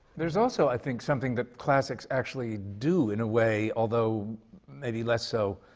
there's also, i think, something that classics actually do, in a way, although maybe less so.